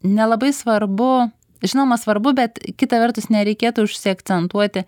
nelabai svarbu žinoma svarbu bet kita vertus nereikėtų užsiakcentuoti